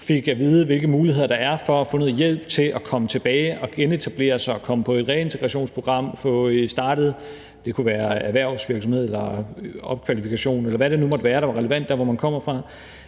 fik at vide, hvilke muligheder der er for at få noget hjælp til at komme tilbage og genetablere sig og komme på et reintegrationsprogram og få startet en erhvervsvirksomhed, få noget opkvalifikation, eller hvad der nu måtte være relevant der, hvor man kommer fra,